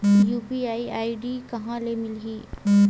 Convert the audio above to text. UPI I D कहां ले मिलही?